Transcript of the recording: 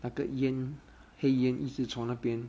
那个烟黑烟一直从那边